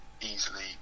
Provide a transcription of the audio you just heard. easily